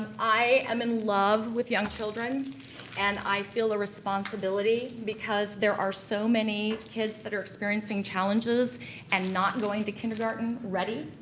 i am in love with young children and i feel a responsibility because there are so many kids that are experiencing challenges and not going to kindergarten ready.